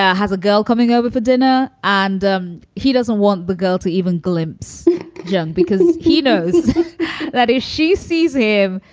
yeah has a girl coming over for dinner and um he doesn't want the girl to even glimpse junk yeah because he knows that if she sees him,